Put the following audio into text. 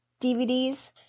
DVDs